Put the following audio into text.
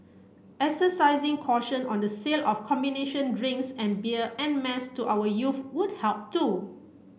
exercising caution on the sale of combination drinks and beer en mass to our youth would help too